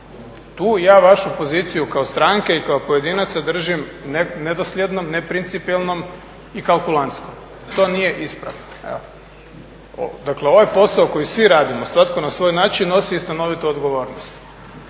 Tu ja vašu poziciju kao stranke i kao pojedinaca držim nedosljednom, neprincipijelnom i kalkulantskom. To nije ispravno, evo. Dakle, ovaj posao koji svi radimo svatko na svoj način nosi i stanovitu odgovornost.